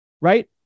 right